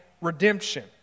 redemption